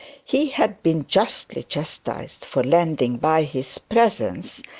he had been justly chastised for lending, by his presence,